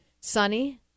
sunny